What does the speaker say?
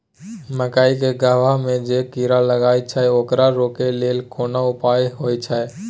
मकई के गबहा में जे कीरा लागय छै ओकरा रोके लेल कोन उपाय होय है?